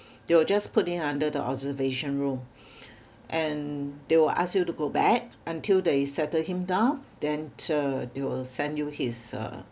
they will just put him under the observation room and they will ask you to go back until they settle him down then uh they will send you his uh